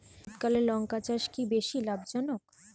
শীতকালে লঙ্কা চাষ কি বেশী লাভজনক?